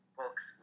books